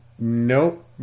nope